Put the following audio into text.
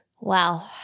Wow